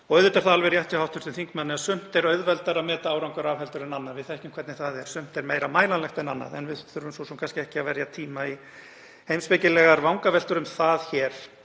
Auðvitað er það alveg rétt hjá hv. þingmanni að sumt er auðveldara að meta árangur af en öðru. Við þekkjum hvernig það er. Sumt er meira mælanlegt en annað en við þurfum ekki að verja tíma í heimspekilegar vangaveltur um það hér.